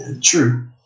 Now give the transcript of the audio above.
True